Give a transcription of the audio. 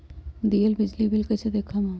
दियल बिजली बिल कइसे देखम हम?